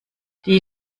die